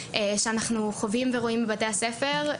שאנחנו חווים ורואים בבתי הספר.